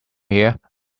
here